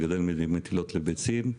לגדל מטילות לביצים,